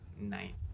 night